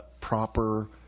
proper